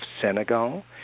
Senegal